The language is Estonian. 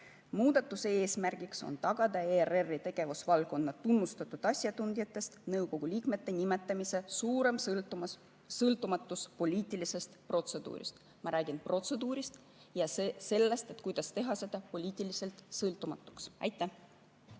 Muudatuse eesmärk on tagada ERR‑i tegevusvaldkonna tunnustatud asjatundjatest nõukogu liikmete nimetamise suurem sõltumatus poliitilisest protseduurist. Ma räägin protseduurist ja sellest, kuidas teha seda poliitiliselt sõltumatuks. Veel